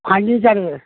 ফার্ণিচারের